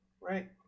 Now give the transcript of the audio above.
right